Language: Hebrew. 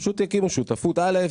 פשוט יקימו שותפות א',